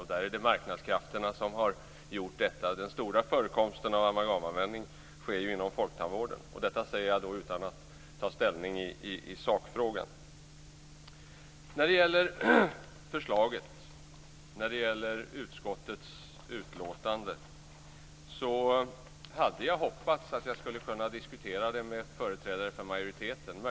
Det är marknadskrafterna som har gjort detta. Den stora förekomsten av amalgamanvändning sker inom folktandvården. Detta säger jag utan att ta ställning i sakfrågan. När det gäller förslaget och utskottets utlåtande hade jag hoppats kunna diskutera det med företrädare för majoriteten.